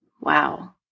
Wow